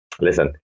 listen